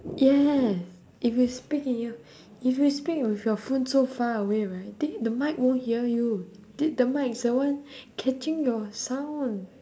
yes if you speak if you if you speak with your phone so far away right then the mic won't hear you then the mic is the one catching your sound